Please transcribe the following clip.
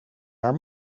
haar